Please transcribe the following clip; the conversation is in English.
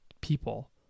people